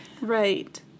Right